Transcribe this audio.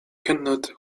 cannot